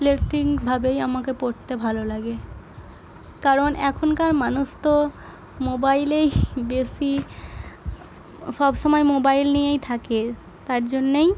ইলেকট্রিকভাবেই আমাকে পড়তে ভালো লাগে কারণ এখনকার মানুষ তো মোবাইলেই বেশি সব সময় মোবাইল নিয়েই থাকে তার জন্যেই